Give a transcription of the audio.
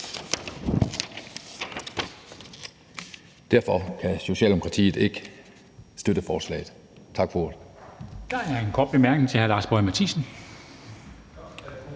Derfor kan Socialdemokratiet ikke støtte forslaget. Tak for ordet.